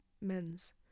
men's